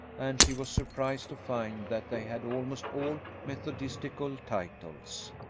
and she was surprised to find that they had almost all methodistical titles.